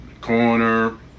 corner